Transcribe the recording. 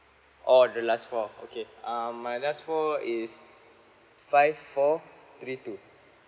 oh the last four okay um my last four is five four three two